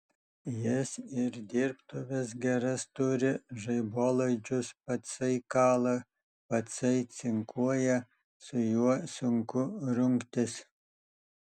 jis ir dirbtuves geras turi žaibolaidžius patsai kala patsai cinkuoja su juo sunku rungtis